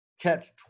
catch